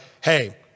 hey